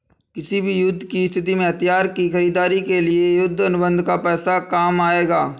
किसी भी युद्ध की स्थिति में हथियार की खरीदारी के लिए युद्ध अनुबंध का पैसा काम आएगा